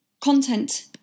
Content